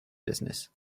business